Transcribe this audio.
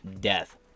death